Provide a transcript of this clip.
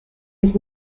mich